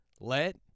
Let